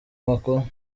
makuru